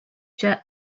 jerk